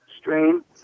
strain